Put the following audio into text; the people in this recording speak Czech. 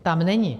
Tam není.